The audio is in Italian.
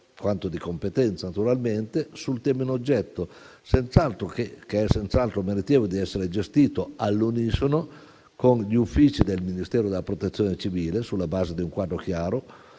quanto di competenza naturalmente, sul tema in oggetto, senz'altro meritevole di essere gestito all'unisono con gli uffici del Ministero e della Protezione civile sulla base di un quadro chiaro